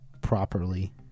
properly